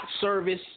service